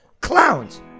clowns